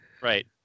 right